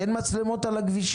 כי אין מצלמות על הכבישים.